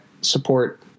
support